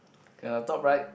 ya on top right